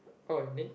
oh then